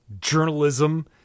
journalism